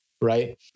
right